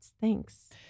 thanks